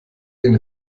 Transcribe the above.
den